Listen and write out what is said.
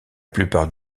plupart